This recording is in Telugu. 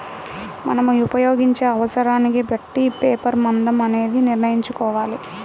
మనం ఉపయోగించే అవసరాన్ని బట్టే పేపర్ మందం అనేది నిర్ణయించుకోవాలి